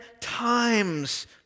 times